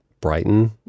Brighton